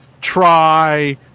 try